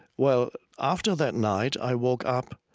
well, after that night, i woke up